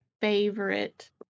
favorite